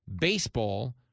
baseball